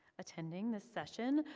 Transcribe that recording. attending this session.